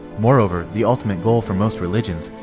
moreover, the ultimate goal for most religions,